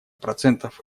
процентов